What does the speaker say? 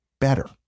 better